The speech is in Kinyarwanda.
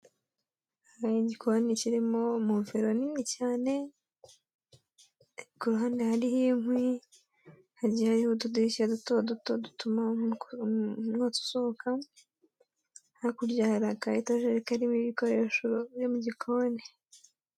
Hari igikoni kirimo mufero nini cyane, ku ruhande hariho inkwi, hagiye hariho utudirishya duto duto dutuma umwotsi usohoka, hakurya hari aka etajeri karimo ibikoresho byo mu gikoni.